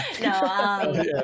No